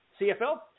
CFL